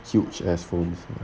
huge ass phones